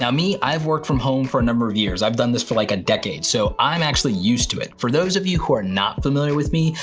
me, i've worked from home for a number of years. i've done this for like a decade. so, i'm actually used to it. for those of you who are not familiar with me,